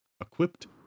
equipped